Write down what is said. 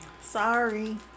Sorry